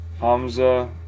Hamza